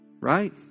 right